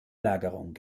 lagerung